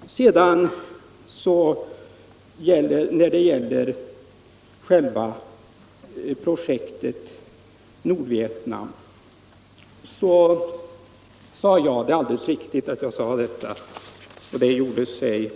Vad sedan gäller det speciella projektet i Nordvietnam sade jag — det är alldeles riktigt att jag framhöll det, och det gjorde sig